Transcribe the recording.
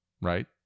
right